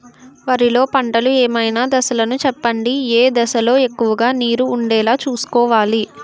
వరిలో పంటలు ఏమైన దశ లను చెప్పండి? ఏ దశ లొ ఎక్కువుగా నీరు వుండేలా చుస్కోవలి?